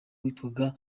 witwaga